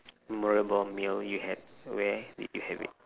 memorable meal you had where did you have it